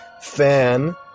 fan